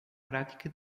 prática